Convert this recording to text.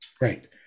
Right